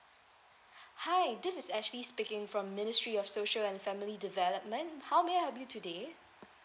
hi this is ashley speaking from ministry of social and family development how may I help you today